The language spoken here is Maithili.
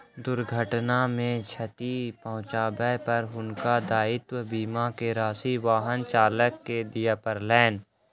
दुर्घटना मे क्षति पहुँचाबै पर हुनका दायित्व बीमा के राशि वाहन चालक के दिअ पड़लैन